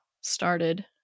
started